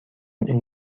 این